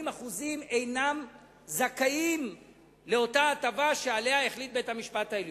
80% אינם זכאים לאותה הטבה שעליה החליט בית-המשפט העליון.